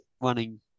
running